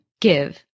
give